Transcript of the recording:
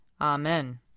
Amen